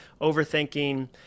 overthinking